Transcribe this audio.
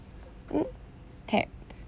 mm tap